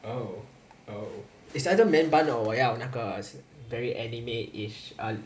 oh oh it's either man bun or 我要那个 very anime ish